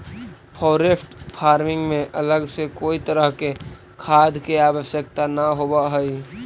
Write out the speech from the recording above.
forest farming में अलग से कोई तरह के खाद के आवश्यकता न होवऽ हइ